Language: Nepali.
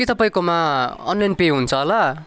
के तपाईँकोमा अनलाइन पे हुन्छ होला